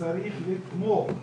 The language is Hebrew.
צריך לתמוך.